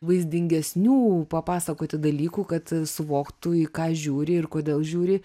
vaizdingesnių papasakoti dalykų kad suvoktų į ką žiūri ir kodėl žiūri